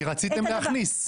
כי רציתם להכניס.